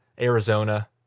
Arizona